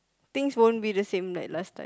things won't be the same like last time